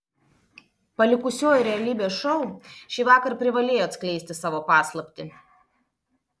palikusioji realybės šou šįvakar privalėjo atskleisti savo paslaptį